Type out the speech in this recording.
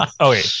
okay